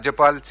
राज्यपाल चे